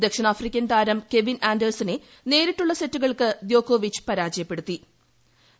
ദക്ഷിണാഫ്രിക്കൻ താരം കെവിൻ ആൻഡേഴ്സിനെ നേരിട്ടുള്ള സെറ്റുകൾക്കാണ് ദ്യോക്കോവിച്ച് പരാജയപ്പെടുത്തിയത്